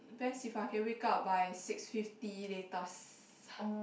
best if I can wake up by six fifty latest